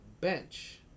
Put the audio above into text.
bench